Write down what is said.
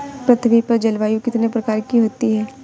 पृथ्वी पर जलवायु कितने प्रकार की होती है?